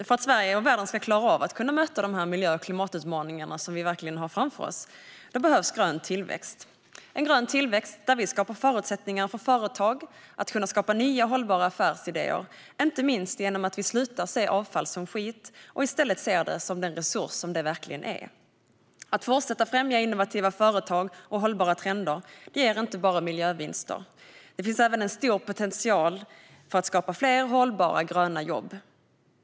Ska Sverige och världen klara av att möta klimat och miljöutmaningarna som vi har framför oss behövs grön tillväxt - en grön tillväxt där vi skapar förutsättningar för företag att kunna skapa nya hållbara affärsidéer, inte minst genom att vi slutar se avfall som skit och i stället ser det som den resurs det verkligen är. Att fortsätta främja innovativa företag och hållbara trender ger inte bara miljövinster. Det finns även en stor potential för att skapa fler hållbara, gröna jobb.